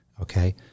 Okay